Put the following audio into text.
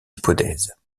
hypothèses